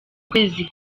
ukwezi